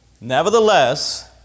Nevertheless